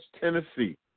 Tennessee